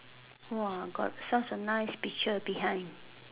!wah! got such a nice picture behind